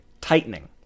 tightening